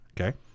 Okay